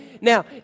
Now